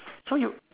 so you